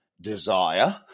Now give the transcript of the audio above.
desire